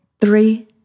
three